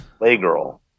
Playgirl